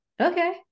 okay